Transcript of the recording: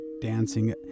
dancing